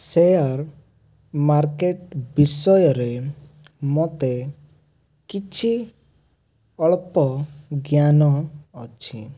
share market ବିଷୟରେ ମୋତେ କିଛି ଅଳ୍ପ ଜ୍ଞାନ ଅଛି